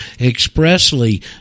expressly